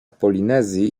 polinezji